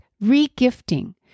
re-gifting